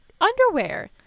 underwear